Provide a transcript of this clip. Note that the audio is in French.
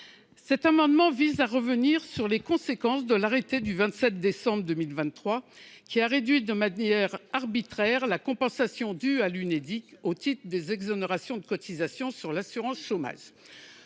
Cet amendement vise à revenir sur les conséquences de l’arrêté du 27 décembre 2023, qui a réduit de manière arbitraire la compensation due à l’Unédic au titre des exonérations de cotisations d’assurance chômage,